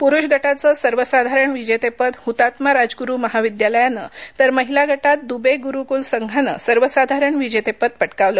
पुरुष गटाचं सर्वसाधारण विजेतेपद हुतात्मा राजगुरु महाविद्यालयानं तर महीला गटात दुबे गुरुकुल संघानं सर्वसाधारण विजेतेपद पटकावलं